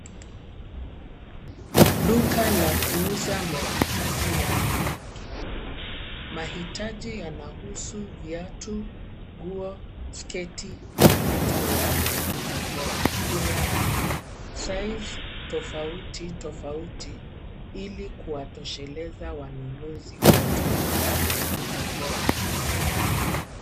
Duka la kuuza mahitaji ya wanawake. Mahitaji yanahusu viatu, nguo, sketi, na hata longi. Kuna saizi tofauti tofauti ili kuwatosheleza wanunuzi wote.